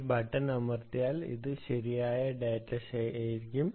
ഈ ബട്ടൺ അമർത്തിയാൽ അത് ശരിയായി ഡാറ്റ ശേഖരിക്കും